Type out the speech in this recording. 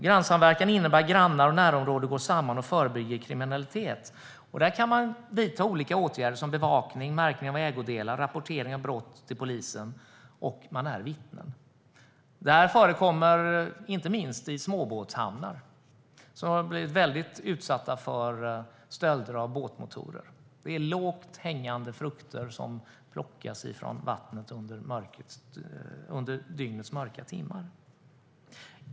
Grannsamverkan innebär att grannar och närområdet går samman och förebygger kriminalitet. Där kan man vidta olika åtgärder som bevakning, märkning av ägodelar och rapportering av brott till polisen, och man är vittnen. Det förekommer inte minst i småbåtshamnar som har blivit väldigt utsatta för stölder av båtmotorer. Det är lågt hängande frukter som plockas från vattnet under dygnets mörka timmar.